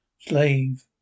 Slave